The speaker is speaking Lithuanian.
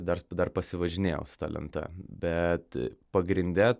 dar dar pasivažinėjau ta lenta bet pagrinde